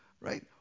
right